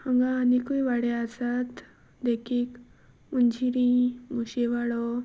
हांगा आनिकूय वाडे आसात देखीक मुंजिरी मुशीवाडो